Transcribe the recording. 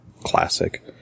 classic